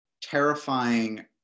terrifying